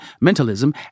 mentalism